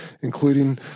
including